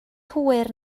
hwyr